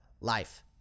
life